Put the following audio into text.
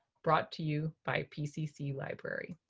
brought to you by pcc library!